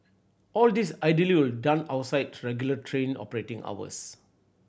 all this ideally would done outside regular train operating hours